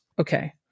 Okay